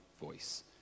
voice